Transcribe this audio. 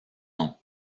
nom